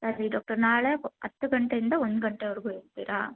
ಸರಿ ಡಾಕ್ಟರ್ ನಾಳೆ ಹತ್ತು ಗಂಟೆಯಿಂದ ಒಂದು ಗಂಟೆವರೆಗು ಇರ್ತೀರಾ